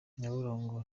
nyabarongo